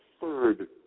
third